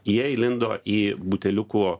jie įlindo į buteliukų